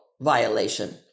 violation